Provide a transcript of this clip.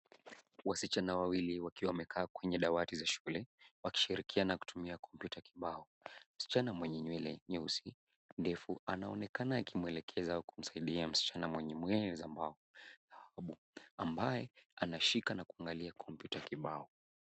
Wasichana wawili wakiwa wamekaa kwenye dawati za shule, wakishirikiana kutumia kompyuta kibao. Msichana mwenye nywele nyeusi ndefu, anaonekana akimwelekeza au kumsaidia msichana mwenye nywele za mbao, ambaye anashika na kuangalia kompyuta kibao.